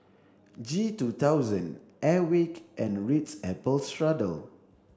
G two thousand Airwick and Ritz Apple Strudel